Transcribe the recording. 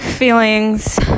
feelings